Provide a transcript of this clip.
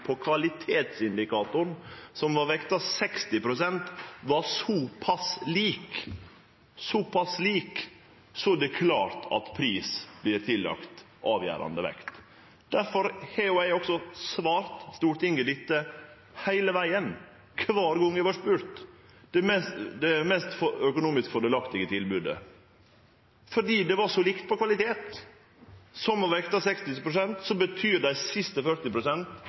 på kvalitetsindikatoren, som var vekta 60 pst., var så pass lik, er det klart at pris vert tillagd avgjerande vekt. Difor har eg også svart Stortinget dette heile vegen, kvar gong eg har vorte spurd, at det var det mest økonomisk fordelaktige tilbodet. Fordi det var på likt på kvalitet, som var vekta 60 pst., betyr dei siste